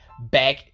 back